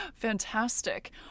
Fantastic